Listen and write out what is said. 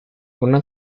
una